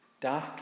dark